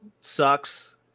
sucks